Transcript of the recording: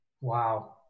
Wow